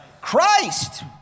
Christ